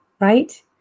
right